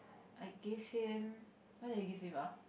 I gave him what did I give him uh